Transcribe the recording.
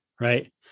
right